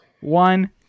one